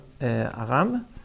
Aram